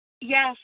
Yes